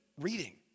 reading